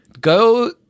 go